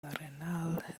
arenal